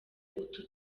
utu